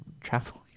traveling